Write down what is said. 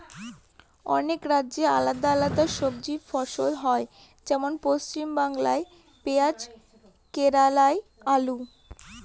অনেক রাজ্যে আলাদা আলাদা সবজি ফসল হয়, যেমন পশ্চিমবাংলায় পেঁয়াজ কেরালায় আলু